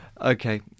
Okay